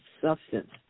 substance